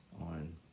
on